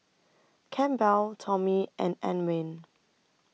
Campbell Tommie and Antwain